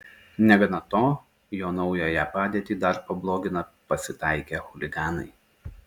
negana to jo naująją padėtį dar pablogina pasitaikę chuliganai